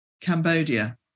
Cambodia